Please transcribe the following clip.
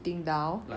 什么书